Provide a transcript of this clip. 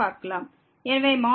எனவே xN